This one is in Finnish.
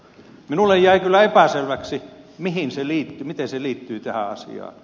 minulle jäi kyllä epäselväksi miten se liittyi tähän asiaan